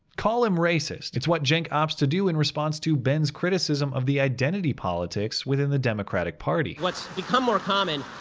call him racist! it's what cenk opts to do, in response to ben's criticism of the identity politics within the democratic party. what's become more common,